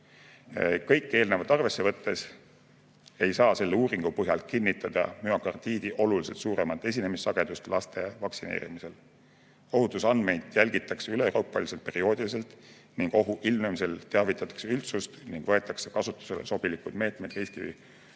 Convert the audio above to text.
Kõike seda arvesse võttes ei saa selle uuringu põhjal kinnitada müokardiidi oluliselt suuremat esinemissagedust laste vaktsineerimise korral. Ohutusandmeid jälgitakse üleeuroopaliselt perioodiliselt ning ohu ilmnemisel teavitatakse üldsust ning võetakse kasutusele sobilikud meetmed riski